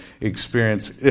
experience